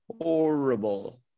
horrible